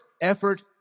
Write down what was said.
effort